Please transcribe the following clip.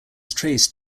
traced